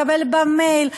מקבל במייל,